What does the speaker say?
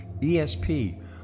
ESP